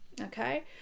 Okay